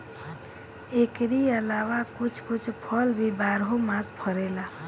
एकरी अलावा कुछ कुछ फल भी बारहो मास फरेला